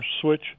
switch